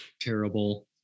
Terrible